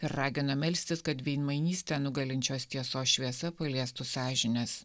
ir ragino melstis kad veidmainystę nugalinčios tiesos šviesa paliestų sąžines